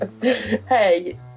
Hey